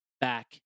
back